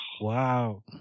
Wow